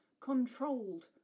controlled